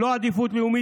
לא עדיפות לאומית.